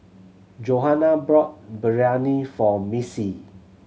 Johana brought Biryani for Missy